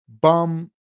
Bum